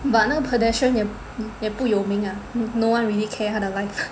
but 那个 pedestrian 也也不有名啊 no one really care 他的 life